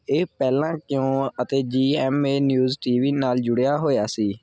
ਇਹ ਪਹਿਲਾਂ ਕਿਊ ਅਤੇ G M A news T V ਨਾਲ ਜੁੜਿਆ ਹੋਇਆ ਸੀ